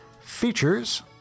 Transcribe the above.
features